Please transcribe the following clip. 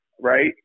right